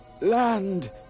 land